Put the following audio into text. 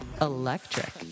Electric